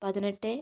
പതിനെട്ട്